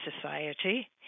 society